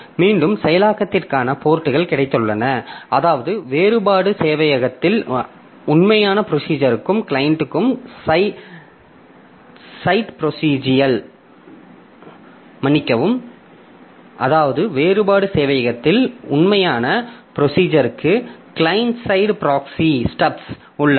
மீண்டும் செயலாக்கத்திற்கான போர்ட்கள் கிடைத்துள்ளன அதாவது வேறுபாடு சேவையகத்தில் உண்மையான ப்ரோஸிஜருக்கு கிளையன்ட் சைட் ப்ராக்ஸியில் ஸ்டப்ஸ் உள்ளன